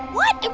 what?